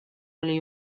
oli